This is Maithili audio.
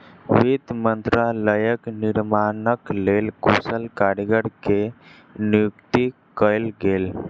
वित्त मंत्रालयक निर्माणक लेल कुशल कारीगर के नियुक्ति कयल गेल